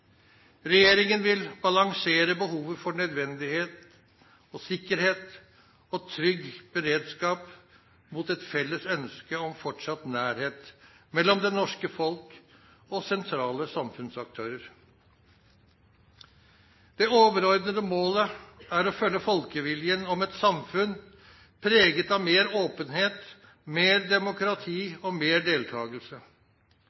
Regjeringen vil balansere behovet for nødvendig sikkerhet og trygg beredskap mot et felles ønske om fortsatt nærhet mellom det norske folk og sentrale samfunnsaktører. Det overordnede målet er å følge folkeviljen om et samfunn preget av mer åpenhet, mer